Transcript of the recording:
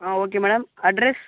ah okay madam address